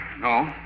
No